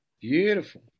Beautiful